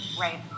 right